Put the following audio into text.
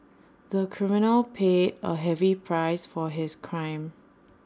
the criminal paid A heavy price for his crime